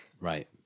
Right